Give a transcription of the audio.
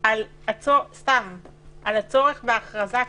על הצורך בהכרזה כזאת.